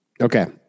Okay